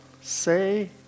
Say